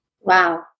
Wow